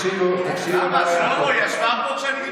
שלמה, היא ישבה פה.